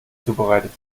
zubereitet